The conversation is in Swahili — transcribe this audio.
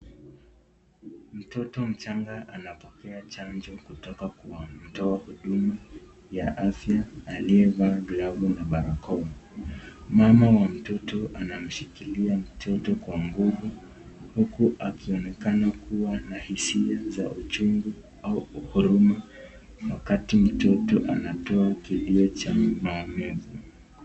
Mtoto mchanga anapokea chanjo kutoka kwa mtu wa huduma ya afya aliyevaa glavu na barakoa. Mama wa mtoto anamshikilia mtoto kwa nguvu, huku akionekana kuwa na hisia za uchungu au huruma wakati mtoto anatoa kilio cha maumivu.